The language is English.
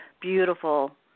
beautiful